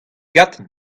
gantañ